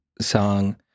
song